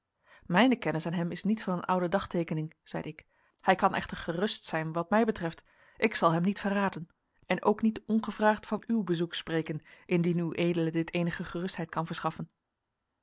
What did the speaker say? mijne kennis aan hem is niet van een oude dagteekening zeide ik hij kan echter gerust zijn wat mij betreft ik zal hem niet verraden en ook niet ongevraagd van uw bezoek spreken indien ued dit eenige gerustheid kan verschaffen